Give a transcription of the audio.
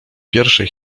pierwszej